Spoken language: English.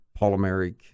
polymeric